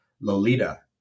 Lolita